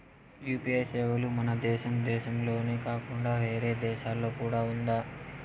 UPI సేవలు మన దేశం దేశంలోనే కాకుండా వేరే దేశాల్లో కూడా ఉందా?